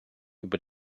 über